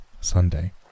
Sunday